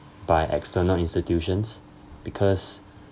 by external institutions because